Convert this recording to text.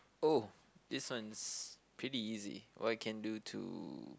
oh this one is pretty easy what can you do to